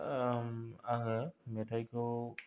आङो मेथाइखौ